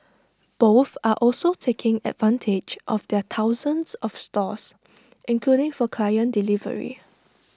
both are also taking advantage of their thousands of stores including for client delivery